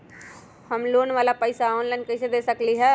हम लोन वाला पैसा ऑनलाइन कईसे दे सकेलि ह?